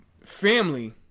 Family